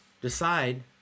decide